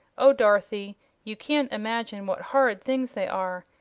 oh, dorothy you can't imagine what horrid things they are!